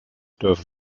dürfen